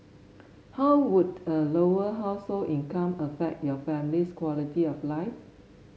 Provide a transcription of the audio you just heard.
how would a Lower Household income affect your family's quality of life